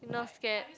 you not scared